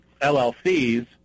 LLCs